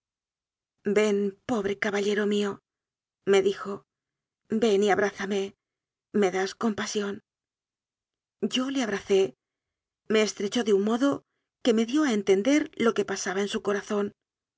ven pobre caballero mío'me dijo ven y abrázame me das compasión yo le abracé me estrechó de un modo que me dió a entender lo que pasaba en su corazón